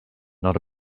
not